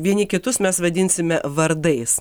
vieni kitus mes vadinsime vardais